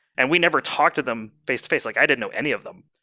and we never talked to them face to face, like i didn't know any of them,